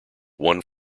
one